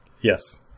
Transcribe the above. Yes